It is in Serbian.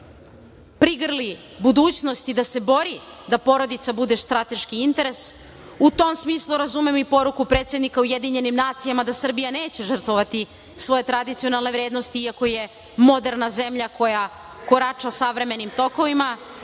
da čvrsto prigrli budućnost i da se bori da porodica bude strateški interes. U tom smislu razumem i poruku predsednika u UN da Srbija neće žrtvovati svoje tradicionalne vrednosti, iako je moderna zemlja koja korača savremenim tokovima.